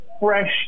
fresh